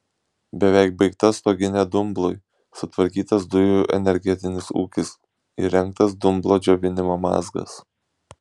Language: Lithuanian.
beveik baigta stoginė dumblui sutvarkytas dujų energetinis ūkis įrengtas dumblo džiovinimo mazgas